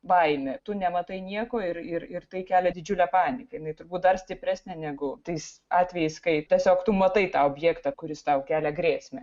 baimė tu nematai nieko ir ir ir tai kelia didžiulę panieką jinai turbūt dar stipresnė negu tais atvejais kai tiesiog tu matai tą objektą kuris tau kelia grėsmę